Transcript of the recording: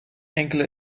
enkele